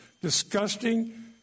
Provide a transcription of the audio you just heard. disgusting